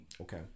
okay